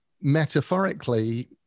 metaphorically